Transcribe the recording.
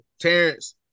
Terrence